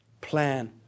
plan